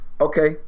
Okay